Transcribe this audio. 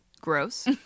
gross